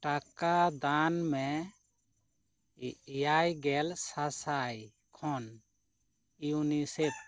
ᱴᱟᱠᱟ ᱫᱟᱱ ᱢᱮ ᱮᱭᱟᱭ ᱜᱮᱞ ᱥᱟᱼᱥᱟᱭ ᱠᱷᱚᱱ ᱤᱭᱩᱱᱤᱥᱮᱯᱷ